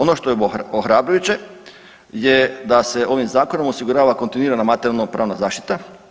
Ono što je ohrabrujuće je da se ovim zakonom osigurava kontinuirana materijalno pravna zaštita.